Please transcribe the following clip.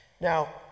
Now